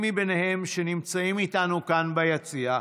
מביניהם שנמצאים איתנו כאן ביציע: